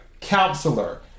counselor